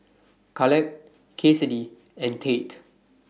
Kaleb Cassidy and Tate